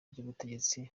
ry’ubutegetsi